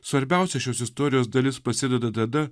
svarbiausia šios istorijos dalis prasideda tada